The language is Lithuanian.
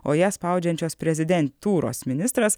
o ją spaudžiančios prezidentūros ministras